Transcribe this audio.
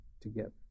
together